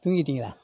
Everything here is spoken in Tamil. தூங்கிவிட்டிங்களா